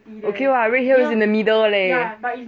okay [what] redhill is in the middle leh